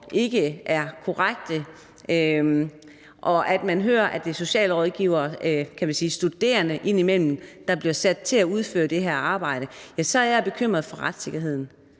ikke er korrekte; og når jeg hører, at det indimellem er socialrådgiverstuderende, der bliver sat til at udføre det her arbejde; ja, så er jeg bekymret for retssikkerheden.